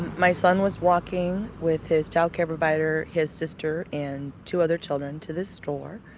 my son was walking with his child care provider, his sister, and two other children to the store.